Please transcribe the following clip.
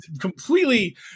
completely